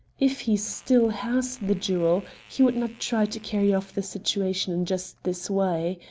if he still has the jewel, he would not try to carry off the situation in just this way.